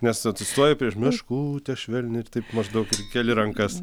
nes atsistoji prieš meškutė švelni ir taip maždaug keli rankas